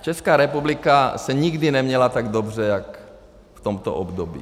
Česká republika se nikdy neměla tak dobře jak v tomto období.